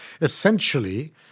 essentially